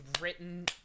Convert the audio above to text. written